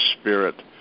spirit